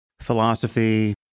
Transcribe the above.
philosophy